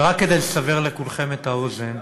ורק כדי לסבר לכולכם את האוזן,